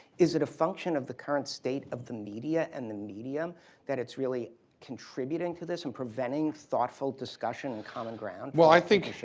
is it a function of the current state of the media and the medium that it's really contributing to this and preventing thoughtful discussion in common ground? well, i think,